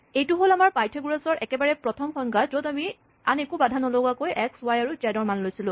এইটো হ'ল আমাৰ পাইথাগোৰাছ ৰ একেবাৰে প্ৰথম সংজ্ঞা য'ত আমি আন একো বাধা নলগোৱাকৈ এক্স ৱাই আৰু জেড ৰ মান লৈছিলোঁ